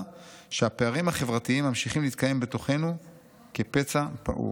שהפערים החברתיים ממשיכים להתקיים בתוכנו כפצע פעור.